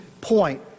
point